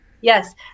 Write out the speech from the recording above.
yes